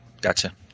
Gotcha